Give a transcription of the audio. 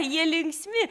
jie linksmi